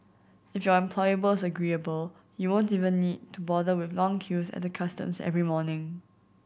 if your employer agreeable you won't even need to bother with the long queues at the customs every morning